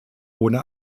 ohne